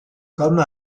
comme